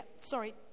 sorry